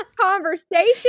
conversation